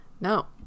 No